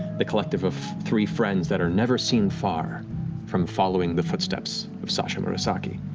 the collective of three friends that are never seen far from following the footsteps of sasha murasaki.